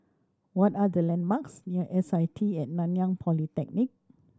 what are the landmarks near S I T and Nanyang Polytechnic